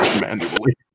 manually